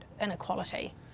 inequality